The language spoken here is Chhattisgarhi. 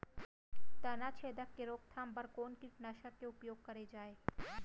तनाछेदक के रोकथाम बर कोन कीटनाशक के उपयोग करे जाये?